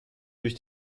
durch